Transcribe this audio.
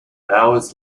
hours